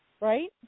right